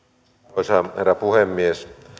arvoisa herra puhemies